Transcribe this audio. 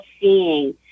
seeing